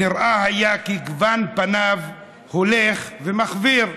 נראה כי גוון פניו הולך ומחוויר.